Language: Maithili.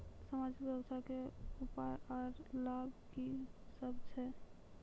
समाजिक सुरक्षा के उपाय आर लाभ की सभ छै?